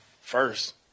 first